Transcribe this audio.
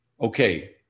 Okay